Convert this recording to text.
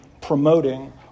promoting